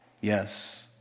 Yes